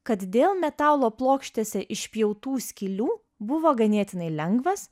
kad dėl metalo plokštėse išpjautų skylių buvo ganėtinai lengvas